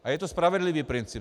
A je to spravedlivý princip.